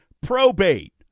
probate